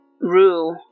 Rue